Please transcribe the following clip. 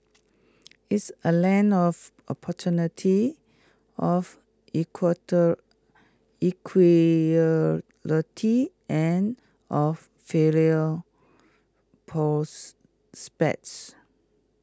it's A land of opportunity of and of failure